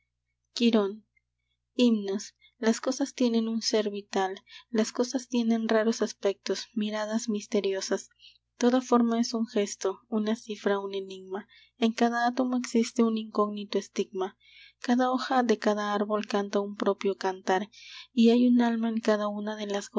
quirón himnos las cosas tienen un sér vital las cosas tienen raros aspectos miradas misteriosas toda forma es un gesto una cifra un enigma en cada átomo existe un incógnito estigma cada hoja de cada árbol canta un propio cantar y hay un alma en cada una de las